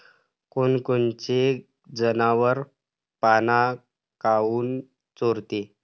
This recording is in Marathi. कोनकोनचे जनावरं पाना काऊन चोरते?